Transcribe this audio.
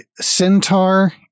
centaur